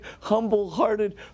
humble-hearted